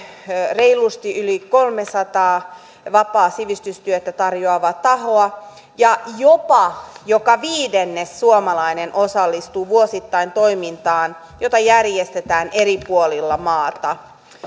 reilusti yli kolmesataa vapaata sivistystyötä tarjoavaa tahoa ja jopa joka viidennes suomalainen osallistuu vuosittain tähän toimintaan jota järjestetään eri puolilla maata